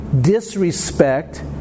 disrespect